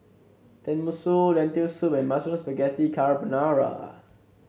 Tenmusu Lentil Soup and Mushroom Spaghetti Carbonara